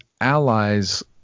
allies